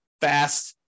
fast